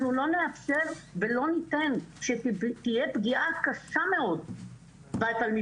אנחנו לא נאפשר ולא ניתן שתהיה פגיעה קשה מאוד בתלמידים.